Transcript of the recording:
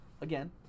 again